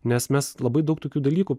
nes mes labai daug tokių dalykų